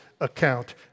account